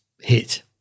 hit